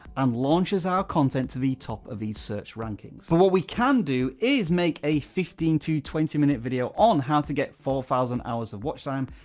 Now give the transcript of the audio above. and launches our content to the top of the search rankings. so what we can do is make a fifteen to twenty minute video on how to get four thousand hours of watch time,